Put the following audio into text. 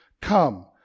Come